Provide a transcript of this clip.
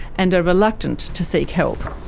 and are reluctant to seek help.